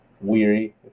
Weary